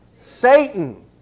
Satan